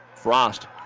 Frost